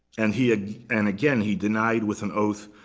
and he had and again, he denied with an oath,